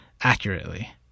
accurately